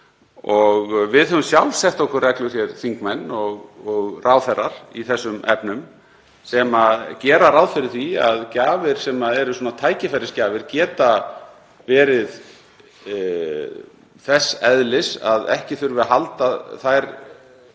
og við höfum sjálf sett okkur reglur hér, þingmenn og ráðherrar í þessum efnum, sem gera ráð fyrir því að gjafir sem eru tækifærisgjafir geta verið þess eðlis að ekki þurfi að halda